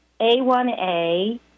A1A